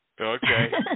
Okay